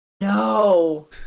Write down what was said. no